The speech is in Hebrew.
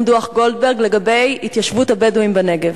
דוח-גולדברג לגבי התיישבות הבדואים בנגב.